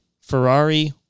Ferrari